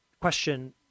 question